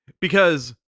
Because-